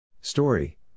Story